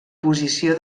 posició